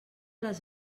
les